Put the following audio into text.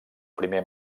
primer